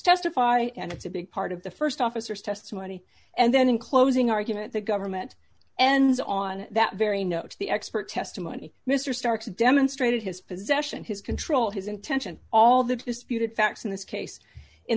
testify and it's a big part of the st officer's testimony and then in closing argument the government ends on that very notes the expert testimony mr starks demonstrated his possession his control his attention all the disputed facts in this case in